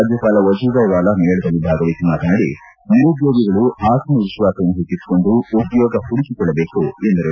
ರಾಜ್ಯಪಾಲ ವಜೂಬಾಯಿ ವಾಲಾ ಮೇಳದಲ್ಲಿ ಭಾಗವಹಿಸಿ ಮಾತನಾಡಿ ನಿರುದ್ಯೋಗಿಗಳು ಆತ್ಮವಿಶ್ವಾಸವನ್ನು ಹೆಚ್ಚಿಸಿಕೊಂಡು ಉದ್ಯೋಗ ಪುಡುಕಿಕೊಳ್ಳಬೇಕು ಎಂದರು